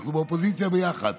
אנחנו באופוזיציה ביחד.